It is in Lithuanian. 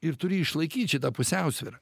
ir turi išlaikyt šitą pusiausvyrą